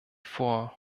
vor